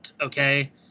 Okay